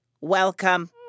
welcome